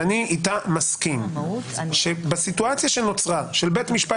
ואני איתה מסכים: שבסיטואציה שנוצרה של בית משפט